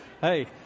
Hey